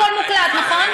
הכול מוקלט, נכון?